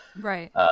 Right